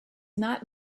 not